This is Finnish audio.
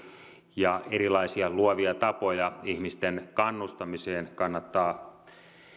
ja erilaisia luovia tapoja ihmisten kannustamiseen kannattaa